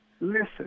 Listen